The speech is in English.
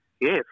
yes